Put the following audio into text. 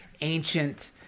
ancient